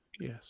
Yes